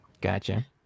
Gotcha